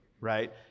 right